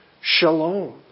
shalom